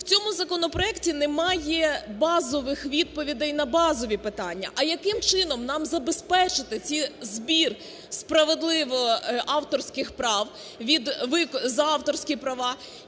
В цьому законопроекті немає базових відповідей на базові питання. А яким чином нам забезпечити цей збір справедливо авторських прав від… за авторські права